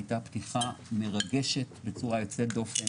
הייתה פתיחה מרגשת בצורה יוצאת דופן